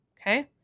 Okay